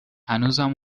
هنوزم